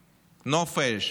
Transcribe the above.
נופש,